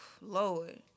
Lord